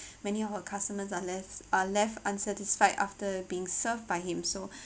many of our customers are left are left unsatisfied after being served by him so